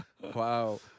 Wow